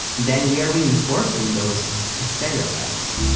then we are reinforcing those ah stereotypes